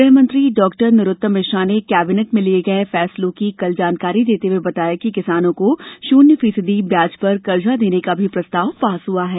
गृहमंत्री नरोत्तम मिश्रा ने कैबिनेट में लिए गए फैसलों की कल जानकारी देते हुए बताया कि किसानों को शून्य फीसदी ब्याज पर कर्जा देने का प्रस्ताव भी पास हुआ है